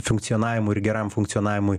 funkcionavimui ir geram funkcionavimui